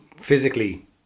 physically